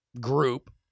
group